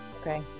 okay